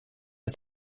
ist